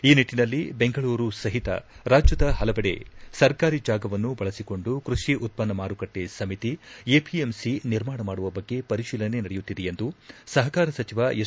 ಈ ನಿಟ್ಟಿನಲ್ಲಿ ಬೆಂಗಳೂರು ಸಹಿತ ರಾಜ್ಯದ ಪಲವೆಡೆ ಸರ್ಕಾರಿ ಜಾಗವನ್ನು ಬಳಸಿಕೊಂಡು ಕೈಷಿ ಉತ್ಪನ್ನ ಮಾರುಕಟ್ಲೆ ಸಮಿತಿ ಎಪಿಎಂಸಿ ನಿರ್ಮಾಣ ಮಾಡುವ ಬಗ್ಗೆ ಪರಿಶೀಲನೆ ನಡೆಯುತ್ತಿದೆ ಎಂದು ಸಹಕಾರ ಸಚಿವ ಎಸ್